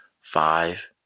five